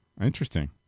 Interesting